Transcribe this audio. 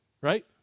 right